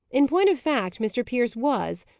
in point of fact, mr. pierce was,